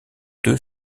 deux